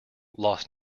lost